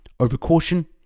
Overcaution